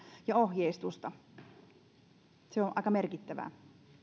ja ohjeistusta se on aika merkittävä